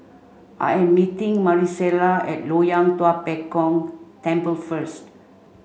I am meeting Marisela at Loyang Tua Pek Kong Temple first